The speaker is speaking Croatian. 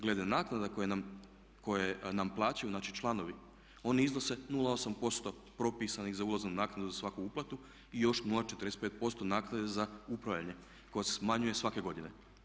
Glede naknada koje nam plaćaju znači članovi oni iznose 0,8% propisanih za ulaznu naknadu za svaku uplatu i još 0,45% naknade za upravljanje koja se smanjuje svake godine.